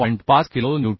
5 kilonewton आहे